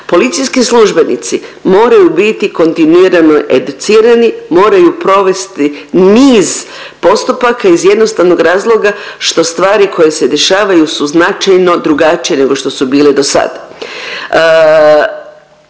Policijski službenici moraju biti kontinuirano educirani, moraju provesti niz postupaka iz jednostavnog razloga što stvari koje se dešavaju su značajno drugačije nego što su bile do sad.